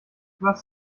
was